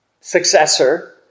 successor